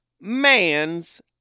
man's